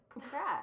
Congrats